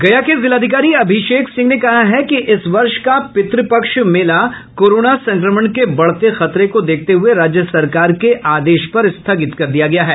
गया के जिलाधिकारी अभिषेक सिंह ने कहा है कि इस वर्ष का पितृपक्ष मेला कोरोना संक्रमण के बढ़ते खतरे को देखते हुए राज्य सरकार के आदेश पर स्थगित कर दिया गया है